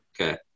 Okay